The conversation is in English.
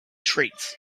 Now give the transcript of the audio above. treats